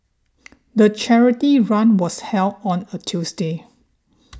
the charity run was held on a Tuesday